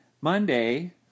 Monday